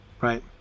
right